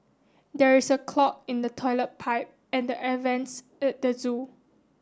there is a clog in the toilet pipe and the air vents at the zoo